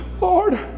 Lord